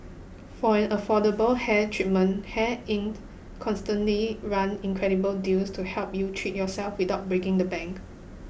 for an affordable hair treatment Hair Inc constantly run incredible deals to help you treat yourself without breaking the bank